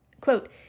Quote